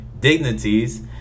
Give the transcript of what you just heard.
Dignities